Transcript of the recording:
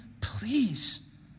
please